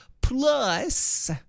Plus